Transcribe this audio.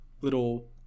little